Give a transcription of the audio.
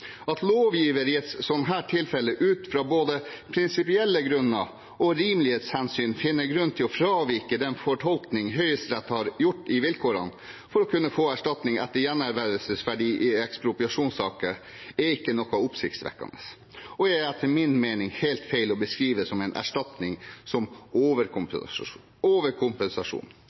At lovgiveren i et slikt tilfelle ut fra både prinsipielle grunner og rimelighetshensyn finner grunn til å fravike den fortolkningen Høyesterett har gjort av vilkårene for å kunne få erstatning etter gjenervervsverdi i ekspropriasjonssaker, er ikke oppsiktsvekkende, og er etter min mening helt feil å beskrive som